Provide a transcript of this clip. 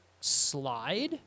slide